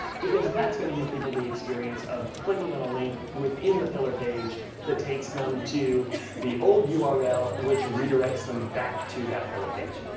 because that's gonna give people the experience of clicking on a link within the pillar page that takes them to the old ah url, which redirects them back to that pillar page.